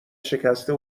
شکسته